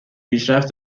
پیشرفت